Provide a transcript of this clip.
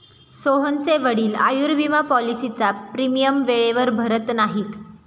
सोहनचे वडील आयुर्विमा पॉलिसीचा प्रीमियम वेळेवर भरत नाहीत